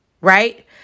right